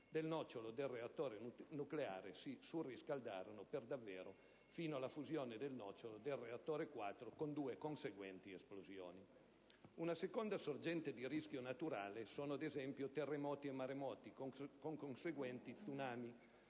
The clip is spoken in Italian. del nocciolo del reattore nucleare si surriscaldarono per davvero fino alla fusione del nocciolo del reattore 4, con due conseguenti esplosioni. Una seconda sorgente di rischio naturale sono, ad esempio, terremoti e maremoti con conseguenti tsunami.